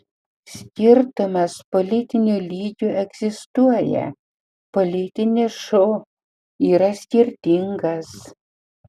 skirtumas politiniu lygiu egzistuoja politinis šou yra skirtingas